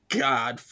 god